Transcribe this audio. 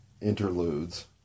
interludes